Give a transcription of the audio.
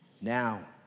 now